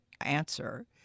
answer